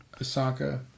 Osaka